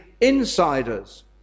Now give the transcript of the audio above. insiders